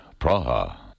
Praha